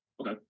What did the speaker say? Okay